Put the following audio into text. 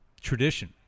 tradition